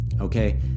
Okay